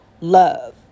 love